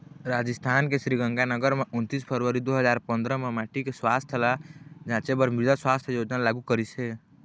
राजिस्थान के श्रीगंगानगर म उन्नीस फरवरी दू हजार पंदरा म माटी के सुवास्थ ल जांचे बर मृदा सुवास्थ योजना लागू करिस हे